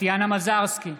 טטיאנה מזרסקי,